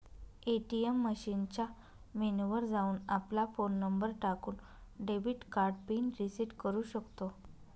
ATM मशीनच्या menu वर जाऊन, आपला फोन नंबर टाकून, डेबिट कार्ड पिन रिसेट करू शकतो